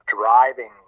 driving